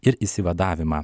ir išsivadavimą